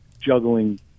juggling